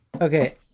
Okay